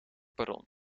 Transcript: perron